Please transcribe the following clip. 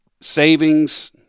savings